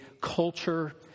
culture